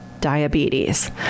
diabetes